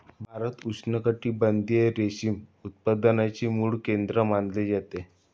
भारत उष्णकटिबंधीय रेशीम उत्पादनाचे मूळ केंद्र मानले जाते